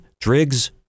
Driggs